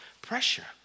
pressure